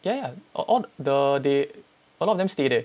ya ya all the they a lot of them stay there